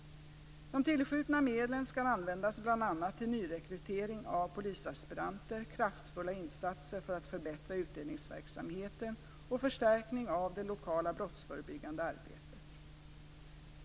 De tillskjutna medlen skall användas bl.a. till nyrekrytering av polisaspiranter, kraftfulla insatser för att förbättra utredningsverksamheten och förstärkning av det lokala brottsförebyggande arbetet.